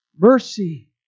mercy